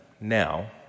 now